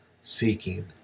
seeking